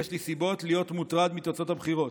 יש לי סיבות להיות מוטרד מתוצאות הבחירות."